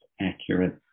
accurate